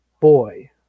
boy